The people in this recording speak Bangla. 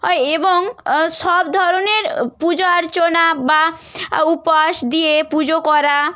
এবং সব ধরনের পূজা অর্চনা বা উপোস দিয়ে পুজো করা